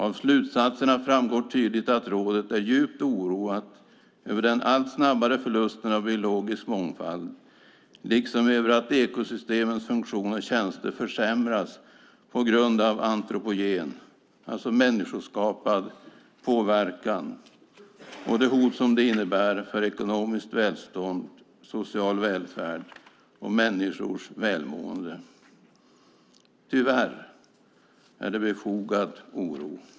Av slutsatserna framgår tydligt att rådet är djupt oroat över den allt snabbare förlusten av biologisk mångfald liksom över att ekosystemens funktion och tjänster försämras på grund av antropogen, alltså människoskapad, påverkan och det hot det innebär för ekonomiskt välstånd, social välfärd och människors välmående. Tyvärr är det en befogad oro.